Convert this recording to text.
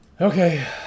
Okay